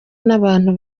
n’abantu